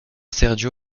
sergio